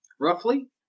roughly